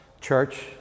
church